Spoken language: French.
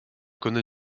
connait